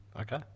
Okay